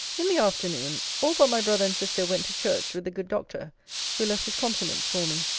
in the afternoon, all but my brother and sister went to church with the good doctor who left his compliments for me.